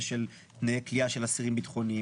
של תנאי כליאה של אסירים ביטחוניים?